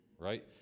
right